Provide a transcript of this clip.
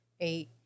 eight